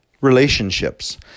relationships